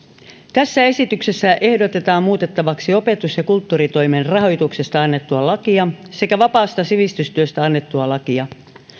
tässä esityksessä ehdotetaan muutettavaksi opetus ja kulttuuritoimen rahoituksesta annettua lakia sekä vapaasta sivistystyöstä annettua lakia